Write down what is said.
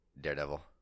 Daredevil